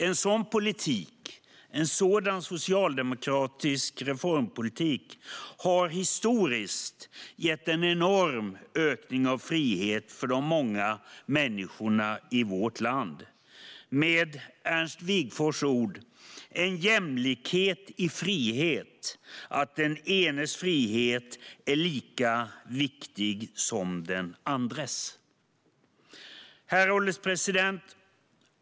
En sådan socialdemokratisk reformpolitik har historiskt gett en enorm ökning av frihet för många människor i vårt land. Med Ernst Wigforss ord: Jämlikhet i frihet, att den enes frihet är lika viktig som den andres. Herr ålderspresident!